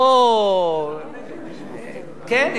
לא, כן.